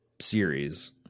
series